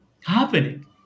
happening